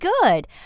good